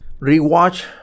rewatch